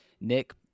Nick